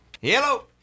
Hello